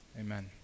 Amen